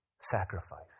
sacrifice